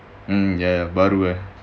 um ya baru eh